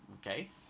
okay